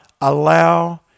allow